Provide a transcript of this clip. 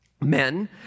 Men